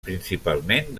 principalment